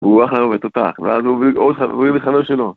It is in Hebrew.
והוא אחלה עובד, תותח, ואז הוא מביא עוד.. הוא הביא חבר שלו